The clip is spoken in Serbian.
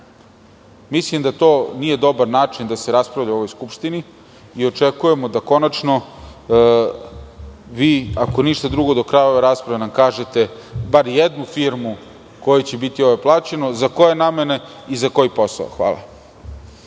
Mislim da to nije dobar način da se raspravlja u ovoj Skupštini i očekujemo da konačno vi, ako ništa drugo, do kraja ove rasprave nam kažete bar jednu firmu kojoj će biti plaćeno, za koje namene i za koji posao. Hvala.